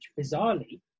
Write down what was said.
bizarrely